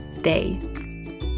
day